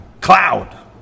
Cloud